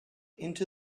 into